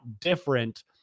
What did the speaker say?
different